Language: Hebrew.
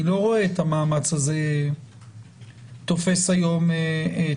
אני לא רואה את הזה תופס היום תאוצה.